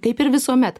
kaip ir visuomet